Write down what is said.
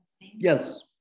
yes